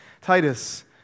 Titus